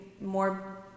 more